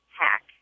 hack